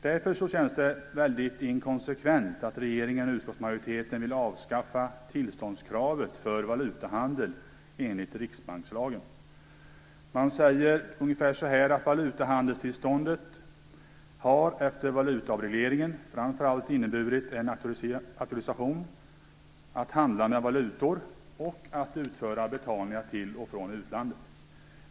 Därför känns det väldigt inkonsekvent att regeringen och utskottsmajoriteten vill avskaffa tillståndskravet för valutahandel enligt riksbankslagen. Man säger att valutahandelstillståndet efter valutaavregleringen framför allt har inneburit en auktorisation när det gäller att handla med valutor och att utföra betalningar till och från utlandet.